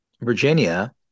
Virginia